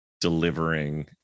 delivering